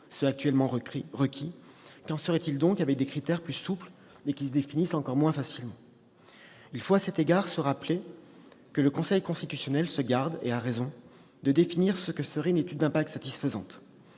ceux actuellement requis : qu'en serait-il avec des critères plus souples et qui se définissent encore moins facilement ? Il faut, à cet égard, se rappeler que le Conseil constitutionnel se garde, avec raison, de définir ce que serait une étude d'impact satisfaisante.